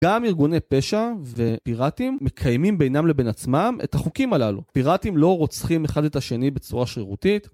גם ארגוני פשע ופיראטים מקיימים בינם לבין עצמם את החוקים הללו, פיראטים לא רוצחים אחד את השני בצורה שרירותית